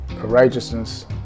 righteousness